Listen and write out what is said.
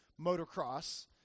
motocross